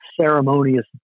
ceremonious